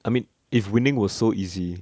I mean if winning was so easy